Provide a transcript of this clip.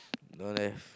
don't have